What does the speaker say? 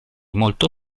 molto